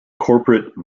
corporate